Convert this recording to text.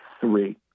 three